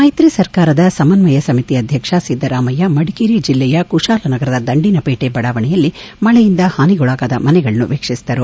ಮೈತ್ರಿ ಸರ್ಕಾರದ ಸಮಸ್ವಯ ಸಮಿತಿ ಅಧ್ಯಕ್ಷ ಸಿದ್ದರಾಮಯ್ಯ ಮಡಿಕೇರಿ ಜಿಲ್ಲೆಯ ಕುತಾಲನಗರದ ದಂಡಿನ ಪೇಟೆ ಬಡಾವಣೆಯಲ್ಲಿ ಮಲೆಯಿಂದ ಹಾನಿಗೊಳಗಾದ ಮನೆಗಳನ್ನು ವೀಕ್ಷಿಸಿದರು